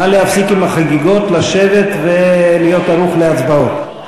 נא להפסיק עם החגיגות, לשבת ולהיות ערוך להצבעות.